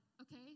okay